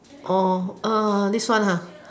this one